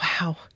Wow